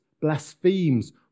blasphemes